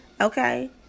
Okay